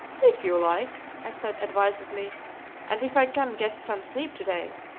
if you like, i said, advisedly and if i can get some sleep to-day.